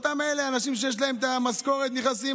אותם האנשים שיש להם את המשכורת נכנסים,